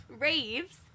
raves